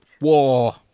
War